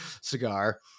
cigar